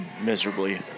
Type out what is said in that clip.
miserably